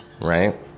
right